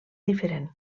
diferent